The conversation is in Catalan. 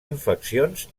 infeccions